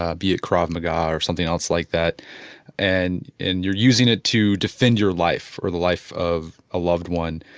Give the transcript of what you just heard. ah be it krav maga or something else like that and and you're using it to defend your life or the life of a loved one,